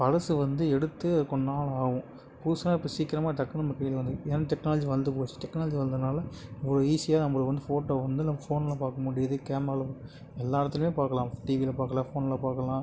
பழசு வந்து எடுத்து கொஞ்ச நாள் ஆகும் புதுசுன்னா இப்போ சீக்கிரமாக டக்குன்னு நமக்கு இது வந்துருது ஏன்னா டெக்னாலஜி வளர்ந்துபோச்சி டெக்னாலஜி வளர்ந்தனால ஒரு ஈஸியாக நம்பளுக்கு வந்து ஃபோட்டோவை வந்து நம்ப ஃபோனில் பார்க்க முடியுது கேமராவில எல்லா இடத்துலையும் பார்க்கலாம் டிவியில பார்க்கலாம் ஃபோனில் பார்க்கலாம்